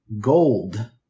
gold